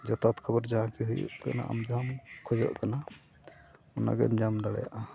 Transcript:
ᱡᱟᱛᱷᱟᱛ ᱠᱷᱚᱵᱚᱨ ᱡᱟᱦᱟᱸᱠᱤ ᱦᱩᱭᱩᱜ ᱠᱟᱱᱟ ᱟᱢ ᱡᱟᱦᱟᱸᱢ ᱠᱷᱚᱡᱚᱜ ᱠᱟᱱᱟ ᱚᱱᱟᱜᱮᱢ ᱧᱟᱢ ᱫᱟᱲᱮᱭᱟᱜᱼᱟ